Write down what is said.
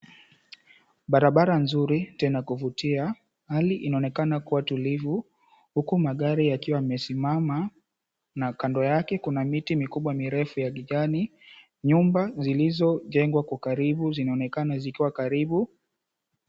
Barabara nzuri tena kuvutia, hali inaonekana kuwa tulivu huku magari yakiwa yamesimama na kando yake kuna miti mikubwa mirefu ya kijani nyumba zilizojengwa kwa karibu zinaonekana zikiwa karibu.